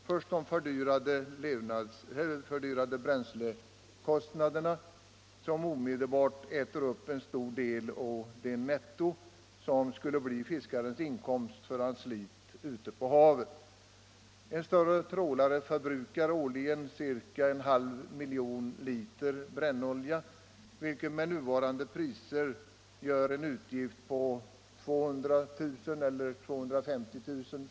Först och främst de fördyrade bränslekostnaderna, som omedelbart äter upp en stor del av det netto, som skulle bli fiskarens inkomst för hans slit ute på havet. En större trålare förbrukar årligen ca en halv miljon liter brännolja, vilket med nuvarande priser gör en utgift på 200 000 eller 250 000 kr.